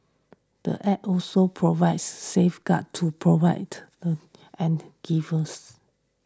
the Act also provides safeguards to provide and givers